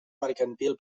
mercantil